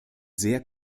sehr